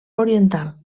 oriental